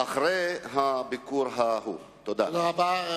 תודה רבה.